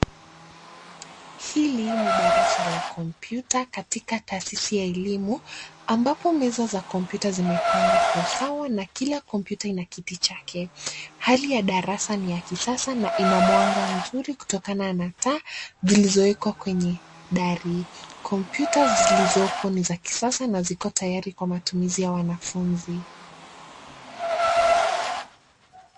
Hili ni darasa la kompyuta katika taasisi ya elimu, ambapo meza za kompyuta zimepangwa Kwa usawa na kila kompyuta ina kiti chake. Hali ya darasa ni ya kisasa na ina mwanga mzuri kutokana na taa zilizowekwa kwenye dari. Kompyuta zilizopo ni za kisasa na ziko tayari Kwa matumizi ya wanafunzi.